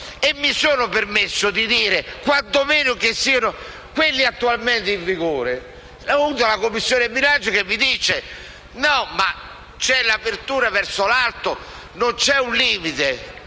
mi sono permesso di dire quantomeno che siano quelli attualmente in vigore. Ma la Commissione bilancio dice che c'è l'apertura verso l'alto, non c'è un limite.